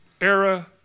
era